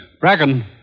Bracken